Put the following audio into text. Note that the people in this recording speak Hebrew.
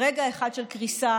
ברגע אחד של קריסה,